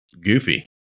goofy